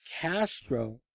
Castro